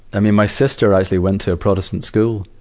i mean, my sister actually went to a protestant school.